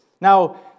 Now